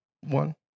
one